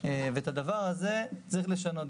ואת הדבר הזה צריך לשנות.